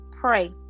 Pray